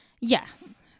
Yes